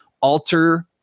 alter